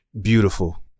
beautiful